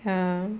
ya